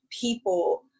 people